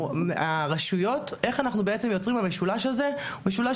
הרשויות איך אנחנו יוצרים במשולש הזה משולש